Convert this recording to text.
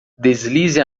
deslize